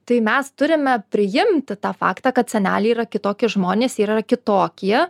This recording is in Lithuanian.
tai mes turime priimti tą faktą kad seneliai yra kitokie žmonės yra kitokie